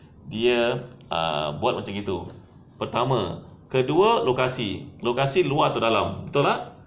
dia ah buat macam gitu pertama kedua lokasi lokasi luar atau dalam betul tak